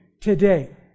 today